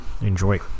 enjoy